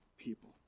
people